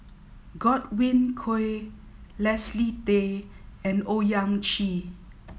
Godwin Koay Leslie Tay and Owyang Chi